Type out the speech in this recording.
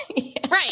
Right